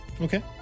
Okay